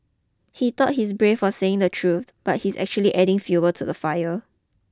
he thought he's brave for saying the truth but he's actually adding fuel to the fire